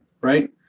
Right